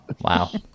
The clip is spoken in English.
Wow